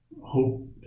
hope